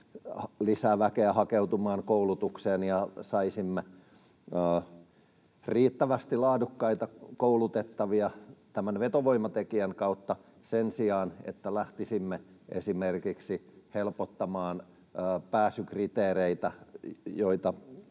lisää väkeä hakeutumaan koulutukseen. Saisimme riittävästi laadukkaita koulutettavia tämän vetovoimatekijän kautta sen sijaan, että lähtisimme esimerkiksi helpottamaan pääsykriteereitä, mihin